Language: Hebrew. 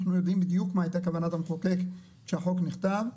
יודעים בדיוק מה הייתה כוונת המחוקק כשהחוק נכתב.